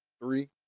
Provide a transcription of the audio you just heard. Three